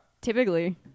Typically